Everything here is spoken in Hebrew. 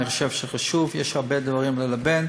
אני חושב שזה חשוב, יש הרבה דברים ללבן,